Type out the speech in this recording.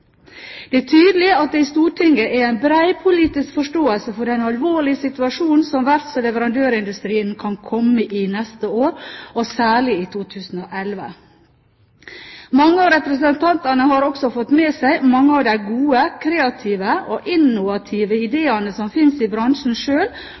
«Det er tydelig at det i Stortinget er en bred politisk forståelse for den alvorlige situasjonen som verfts- og leverandørindustrien kan komme i neste år, og særlig i 2011. Mange av representantene har også fått med seg mange av de gode, kreative og innovative